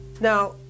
Now